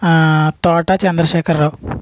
తోట చంద్రశేఖర రావు